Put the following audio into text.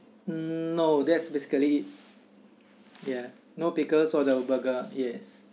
mm no that's basically it ya no pickles on the burger yes